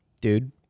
dude